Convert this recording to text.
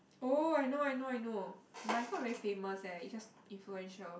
oh I know I know I know but it's not very famous eh it's just influential